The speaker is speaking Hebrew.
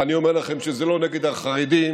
ואני אומר לכם שזה לא נגד החרדים,